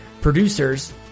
Producers